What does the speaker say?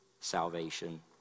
salvation